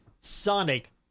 Sonic